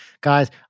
Guys